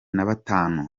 nabatanu